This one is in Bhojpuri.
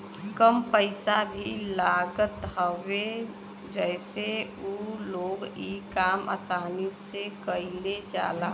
कम पइसा भी लागत हवे जसे उ लोग इ काम आसानी से कईल जाला